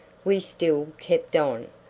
we still kept on,